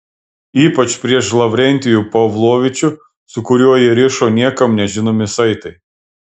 ypač prieš lavrentijų pavlovičių su kuriuo jį rišo niekam nežinomi saitai